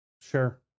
Sure